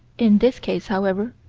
in this case, however,